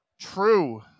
true